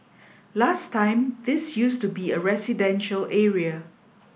last time this used to be a residential area